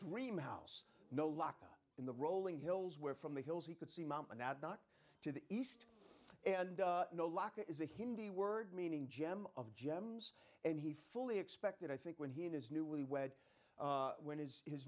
dream house no lock up in the rolling hills where from the hills he could see mom and dad not to the east and no lock is a hindi word meaning gem of gems and he fully expected i think when he and his newly wed when his his